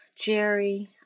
Jerry